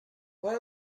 what